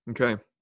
Okay